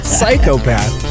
psychopath